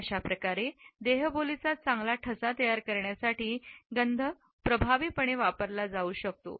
अशा प्रकारे देहबोलीचा चांगला ठसा तयार करण्यासाठी गंध प्रभावीपणे वापरला जाऊ शकतो